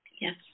Yes